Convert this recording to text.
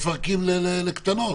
אבל אתכם מפרקים לקטנות.